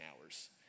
hours